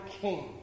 king